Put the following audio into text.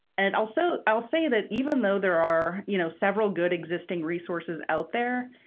and also, i'll say that even though there are you know several good existing resources out there,